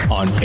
on